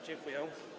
Dziękuję.